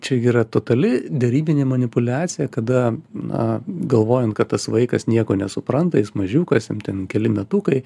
čiagi yra totali derybinė manipuliacija kada na galvojant kad tas vaikas nieko nesupranta jis mažiukas jam ten keli metukai